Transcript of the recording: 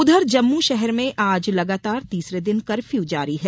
उधर जम्मू शहर में आज लगातार तीसरे दिन कर्फ्यू जारी है